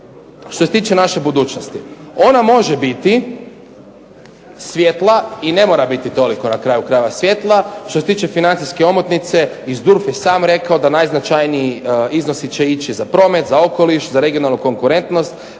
što se tiče naše budućnosti ona može biti svijetla i ne mora biti toliko na kraju krajeva svijetla. Što se tiče financijske omotnice i SDURF je sam rekao da najznačajniji iznosi će ići za promet, za okoliš, za regionalnu konkurentnost,